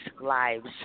lives